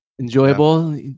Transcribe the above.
enjoyable